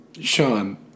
Sean